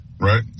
right